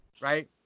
Right